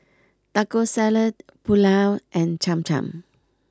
Taco Salad Pulao and Cham Cham